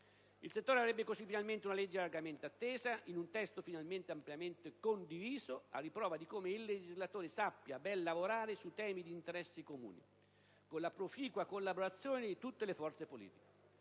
Il settore avrebbe così finalmente una legge largamente attesa, in un testo final-mente ampiamente condiviso, a riprova di come il legislatore sappia ben lavorare su temi di interesse comune, con la proficua collaborazione di tutte le forze politiche.